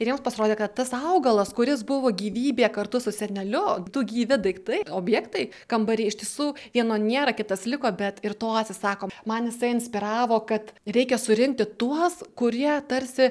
ir jiems pasirodė kad tas augalas kuris buvo gyvybė kartu su seneliu du gyvi daiktai objektai kambary iš tiesų vieno nėra kitas liko bet ir to atsisako man jisai inspiravo kad reikia surinkti tuos kurie tarsi